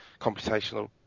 computational